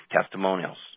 testimonials